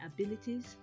abilities